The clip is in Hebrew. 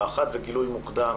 האחת זה גילוי מוקדם,